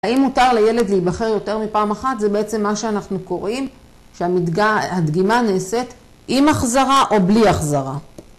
האם מותר לילד להיבחר יותר מפעם אחת זה בעצם מה שאנחנו קוראים שהדגימה נעשית עם החזרה או בלי החזרה.